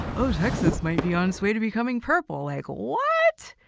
oh, texas might be on its way to becoming purple. like, what?